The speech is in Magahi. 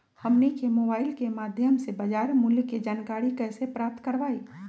हमनी के मोबाइल के माध्यम से बाजार मूल्य के जानकारी कैसे प्राप्त करवाई?